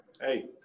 Hey